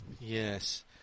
yes